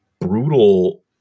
brutal